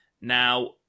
Now